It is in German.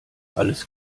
alles